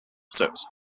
soot